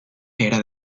era